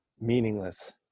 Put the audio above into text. meaningless